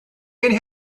doing